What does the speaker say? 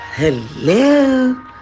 Hello